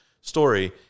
story